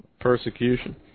Persecution